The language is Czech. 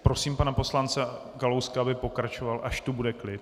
Prosím pana poslance Kalouska, aby pokračoval, až tu bude klid.